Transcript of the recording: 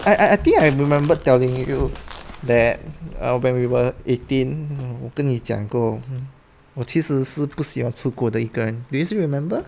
I I I think I remembered telling you that uh when we were eighteen 我跟你讲过我其实是不喜欢出国的一个人 do you still remember